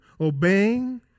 obeying